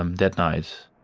um that night